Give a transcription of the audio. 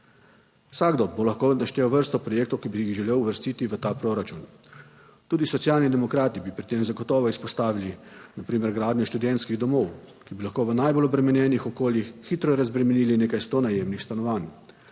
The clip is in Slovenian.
Vsakdo bo lahko naštel vrsto projektov, ki bi jih želel uvrstiti v ta proračun. Tudi Socialni demokrati bi pri tem zagotovo izpostavili na primer gradnjo študentskih domov, ki bi lahko v najbolj obremenjenih okoljih hitro razbremenili nekaj sto najemnih stanovanj